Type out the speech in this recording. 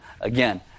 again